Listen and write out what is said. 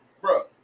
Bro